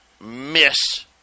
miss